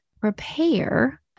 prepare